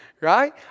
Right